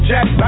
Jack